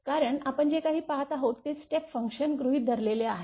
कारण आपण जे काही पाहत आहोत ते स्टेप फंक्शन गृहीत धरलेले आहे